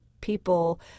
people